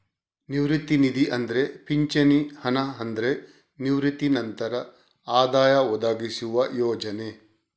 ನಿವೃತ್ತಿ ನಿಧಿ ಅಂದ್ರೆ ಪಿಂಚಣಿ ಹಣ ಅಂದ್ರೆ ನಿವೃತ್ತಿ ನಂತರ ಆದಾಯ ಒದಗಿಸುವ ಯೋಜನೆ